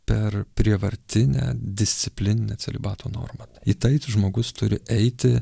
per prievartinę disciplininę celibato normą į tai žmogus turi eiti